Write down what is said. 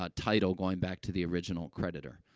ah title, going back to the original creditor.